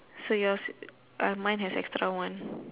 so yours mine has extra one